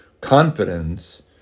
confidence